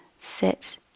sit